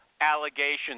allegations